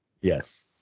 Yes